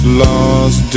lost